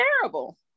terrible